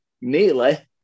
nearly